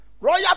Royal